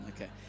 okay